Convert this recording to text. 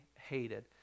Hated